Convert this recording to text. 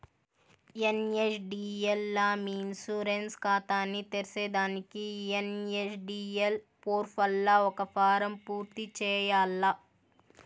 NSDL లా మీ insurance కాతాని తెర్సేదానికి ఎన్.ఎస్.డి.ఎల్ పోర్పల్ల ఒక ఫారం పూర్తి చేయాల్ల